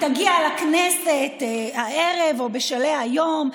היא תגיע לכנסת הערב או בשלהי היום,